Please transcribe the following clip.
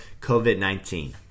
COVID-19